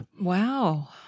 Wow